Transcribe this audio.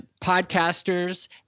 podcasters